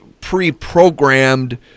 pre-programmed